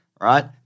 right